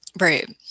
Right